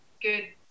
good